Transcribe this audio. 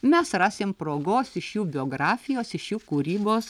mes rasim progos iš jų biografijos iš jų kūrybos